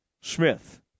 Smith